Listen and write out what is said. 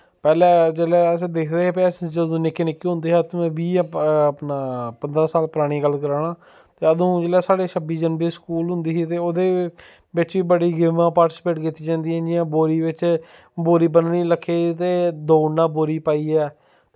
पैह्लें जेल्लै अस दिखदे हे भाई अस जदूं निक्के निक्के होंदे हे बीह् उपना पंदरां साल परानी गल्ल करै ना ते अदूं जेल्लै साढ़े छब्बी जनवरी स्कूल होंदी ही ते ओह्दे बिच बड़ी गेमां पार्टसिपेट कीती जंदियां जि'यां बोरी बिच बोरी बननी लक्के ई ते दौड़ना बोरी पाइयै